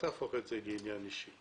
אל תהפוך את זה לעניין אישי.